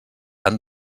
han